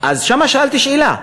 אז שם שאלתי שאלה: